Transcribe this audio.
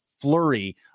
flurry